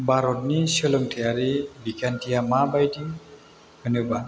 भारतनि सोलोंथाइयारि बिखान्थिया माबायदि होनोबा